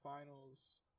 finals